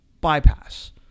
bypass